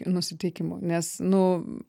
nusiteikimu nes nu